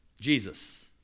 Jesus